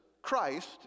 Christ